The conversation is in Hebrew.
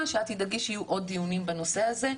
שאת תדאגי שיהיו עוד דיונים בנושא הזה,